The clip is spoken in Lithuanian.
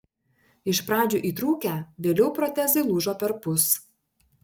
iš pradžių įtrūkę vėliau protezai lūžo perpus